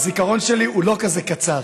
הזיכרון שלי הוא לא כזה קצר.